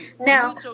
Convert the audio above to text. Now